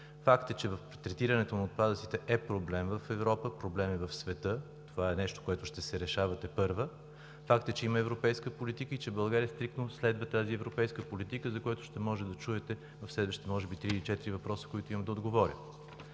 Факт е, че третирането на отпадъците е проблем в Европа, проблем е в света. Това е нещо, което ще се решава тепърва. Факт е, че има европейска политика и че България стриктно следва тази европейска политика, за което ще можете да чуете в следващите може би три или четири въпроса, на които имам да отговоря.